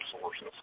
sources